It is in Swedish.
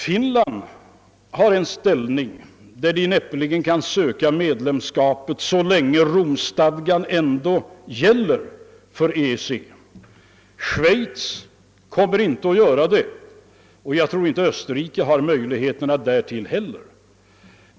Finland har en sådan ställning att landet näppeligen kan söka medlemskap så länge Romstadgan gäller för EEC. Schweiz kommer inte att göra det, och jag tror inte heller Österrike har möjligheter därtill.